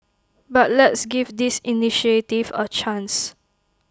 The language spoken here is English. but let's give this initiative A chance